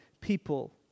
people